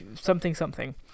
something-something